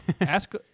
ask